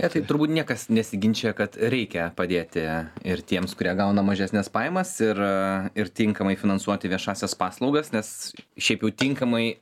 ne tai turbūt niekas nesiginčija kad reikia padėti ir tiems kurie gauna mažesnes pajamas ir ir tinkamai finansuoti viešąsias paslaugas nes šiaip jau tinkamai